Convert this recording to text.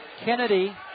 Kennedy